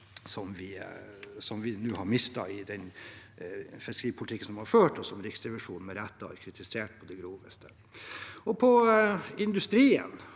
som vi nå har mistet i den fiskeripolitikken som har vært ført, og som Riksrevisjonen med rette har kritisert på det groveste. Til industrien: